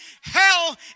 hell